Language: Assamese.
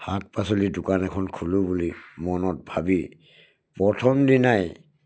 শাক পাচলি দোকান এখন খোলোঁ বুলি মনত ভাবি প্ৰথম দিনাই